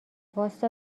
واستا